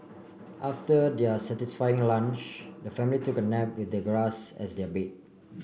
after their satisfying lunch the family took a nap with the grass as their bed